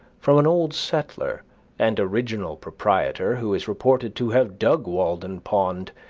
from an old settler and original proprietor, who is reported to have dug walden pond,